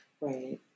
Right